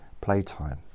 playtime